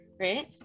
Right